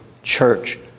church